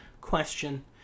question